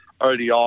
ODI